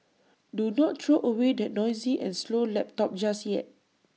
do not throw away that noisy and slow laptop just yet